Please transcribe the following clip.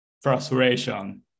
frustration